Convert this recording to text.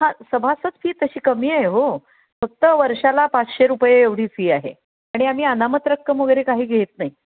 हा सभासद फी तशी कमी आहे हो फक्त वर्षाला पाचशे रुपये एवढी फी आहे आणि आम्ही अनामत रक्कम वगैरे काही घेत नाही